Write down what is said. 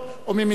או מי מסיעתך?